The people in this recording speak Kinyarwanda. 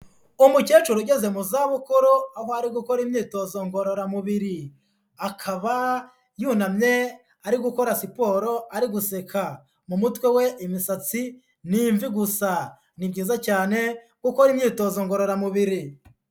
Umukecuru ugeze mu zabukuru aho ari gukora imyitozo ngororamubiri, akaba yunamye ari gukora siporo ari guseka, mu mutwe we imisatsi ni imvi gusa, ni byiza cyane gukora imyitozo ngororamubiri.